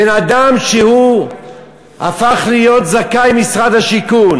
בן-אדם שהפך להיות זכאי משרד השיכון,